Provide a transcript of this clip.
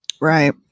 Right